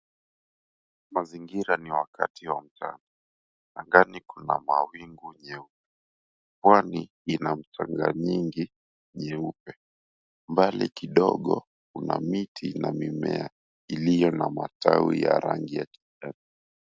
Mazingira ni wakati wa mchana. Angani kuna mawingu nyeupe. Pwani ina mchanga nyingi nyeupe. Mbali kidogo kuna miti na mimea iliyo na matawi ya rangi ya kijani.